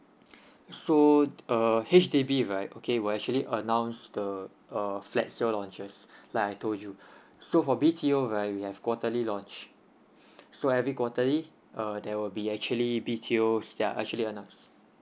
so err H_D_B right okay will actually announced the err flat sale launches like I told you so for B_T_O right we have quarterly launch so every quarterly uh there will be actually B_T_Os that are actually announced